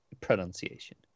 pronunciation